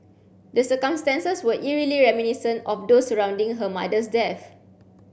the circumstances were eerily reminiscent of those surrounding her mother's death